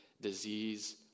disease